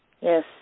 Yes